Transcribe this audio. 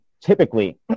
typically